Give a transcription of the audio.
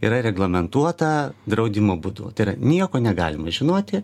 yra reglamentuota draudimo būdu tai yra nieko negalima žinoti